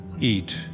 eat